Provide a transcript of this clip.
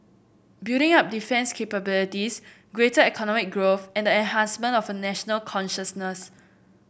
building up defence capabilities greater economic growth and the enhancement of a national consciousness